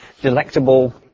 delectable